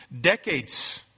decades